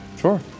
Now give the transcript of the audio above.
Sure